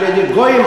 על-ידי גויים,